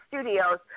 Studios